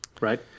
Right